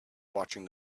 watching